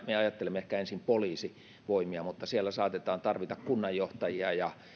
me ajattelemme ehkä ensin poliisivoimia että siellä saatetaan tarvita kunnanjohtajia ja